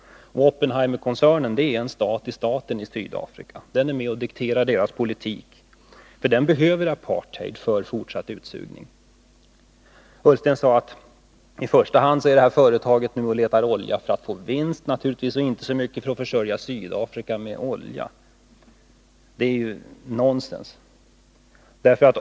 Oppenheimerkoncernen är en stat i staten i Sydafrika. Den är med och dikterar politiken där. Den behöver nämligen apartheid för att utsugningen skall kunna fortsätta. Ola Ullsten sade att det här företaget i första hand letar efter olja för att få vinst och inte så mycket för att förse Sydafrika med olja. Det är nonsens.